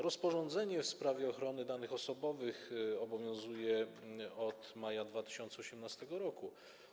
Rozporządzenie w sprawie ochrony danych osobowych obowiązuje od maja 2018 r.